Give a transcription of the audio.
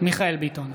מיכאל מרדכי ביטון,